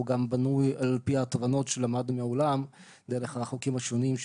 והוא גם בנוי על פי התובנות שלמדנו מהעולם דרך החוקים השונים,